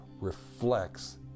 reflects